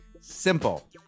simple